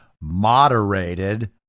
moderated